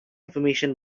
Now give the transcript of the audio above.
information